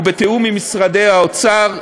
ובתיאום עם משרדי האוצר,